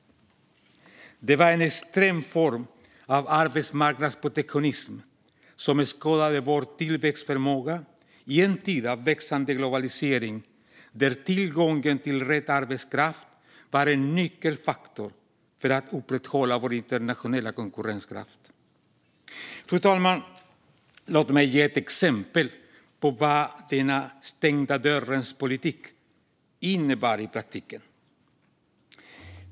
Det var en extrem form av arbetsmarknadsprotektionism som skadade vår tillväxtförmåga i en tid av växande globalisering där tillgången till rätt arbetskraft var en nyckelfaktor för att upprätthålla vår internationella konkurrenskraft. Fru talman! Låt mig ge ett exempel på vad denna den stängda dörrens politik innebar i praktiken.